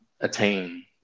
attain